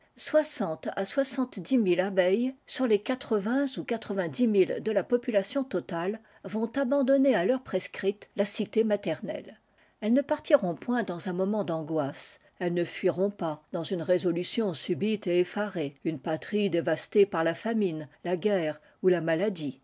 à soixante dix mille abeilles sur les quatre-vingts ou quatre-vingt-dix mille de la population totale vont abandonner à l'heure prescrite la cité maternelle elles ne partiront point dans un moment d'angoisse elles ne fuiront pas dans une résolution subite et effarée une patrie dévastée par la famine la guerre ou la maladie